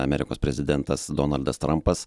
amerikos prezidentas donaldas trampas